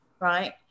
right